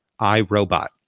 iRobot